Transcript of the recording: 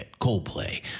Coldplay